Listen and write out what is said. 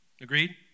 Agreed